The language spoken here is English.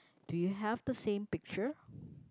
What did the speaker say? do you have the same picture